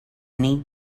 need